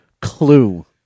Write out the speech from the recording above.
Clue